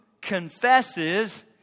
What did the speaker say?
confesses